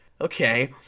Okay